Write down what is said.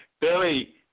Billy